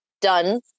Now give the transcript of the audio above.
done